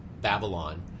Babylon